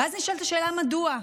ואז נשאלת השאלה מדוע.